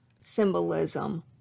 symbolism